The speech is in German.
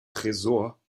tresor